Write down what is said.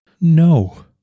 no